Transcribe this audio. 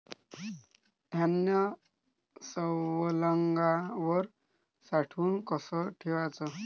धान्य सवंगल्यावर साठवून कस ठेवाच?